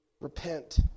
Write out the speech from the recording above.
Repent